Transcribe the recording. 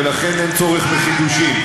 ולכן אין צורך בחידושים.